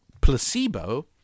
placebo